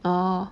orh